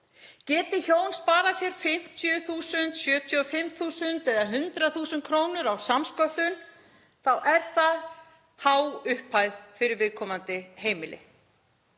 Geti hjón sparað sér 50.000, 75.000 eða 100.000 kr. á samsköttun þá er það há upphæð fyrir viðkomandi heimili.